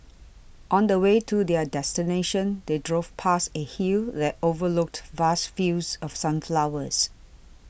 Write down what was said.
on the way to their destination they drove past a hill that overlooked vast fields of sunflowers